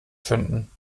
finden